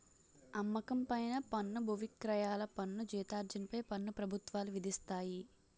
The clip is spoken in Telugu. అమ్మకం పైన పన్ను బువిక్రయాల పన్ను జీతార్జన పై పన్ను ప్రభుత్వాలు విధిస్తాయి